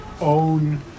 own